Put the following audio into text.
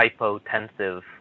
hypotensive